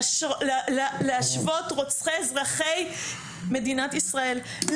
להשוות רוצחי אזרחי מדינת ישראל,